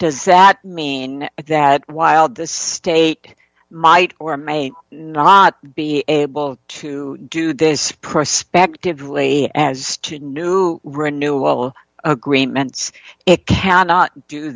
does that mean that while the state might or may not be able to do this prospectively as two new renewal agreements it cannot do